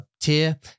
tier